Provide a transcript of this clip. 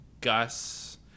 Gus